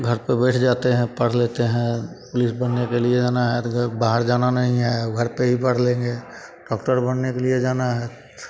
घर पे बैठ जाते हैं पढ़ लेते हैं पुलिस बनने के लिए जाना है तो बाहर जाना नहीं है घर पे ही पढ़ लेंगे डाक्टर बनने के लिए जाना है